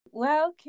Welcome